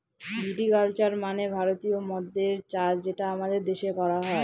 ভিটি culture মানে ভারতীয় মদ্যের চাষ যেটা আমাদের দেশে করা হয়